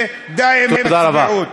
ודי עם הצביעות.